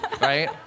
right